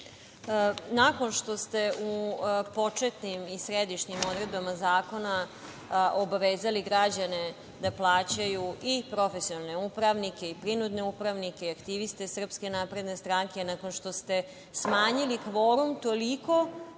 Nakon što ste u početnim i središnim odredbama zakona obavezali građane da plaćaju i profesionalne upravnike i prinudne upravnike, aktiviste SNS, nakon što ste smanjili kvorum, toliko